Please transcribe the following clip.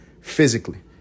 physically